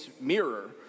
mirror